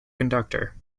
conductor